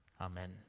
Amen